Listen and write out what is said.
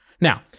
Now